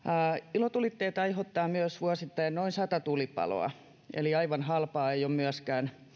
ilotulitteet aiheuttavat myös vuosittain noin sata tulipaloa eli aivan halpaa ei ole myöskään